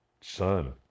son